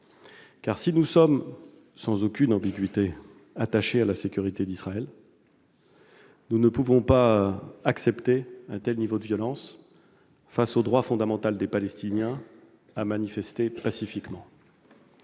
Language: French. si nous sommes sans aucune ambiguïté attachés à la sécurité d'Israël, nous ne pouvons pas accepter un tel niveau de violence face au droit fondamental des Palestiniens à manifester pacifiquement.